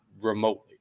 remotely